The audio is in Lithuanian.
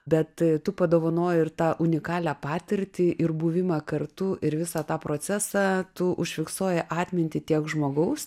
bet tu padovanojai ir tą unikalią patirtį ir buvimą kartu ir visą tą procesą tų užfiksuoji atminty tiek žmogaus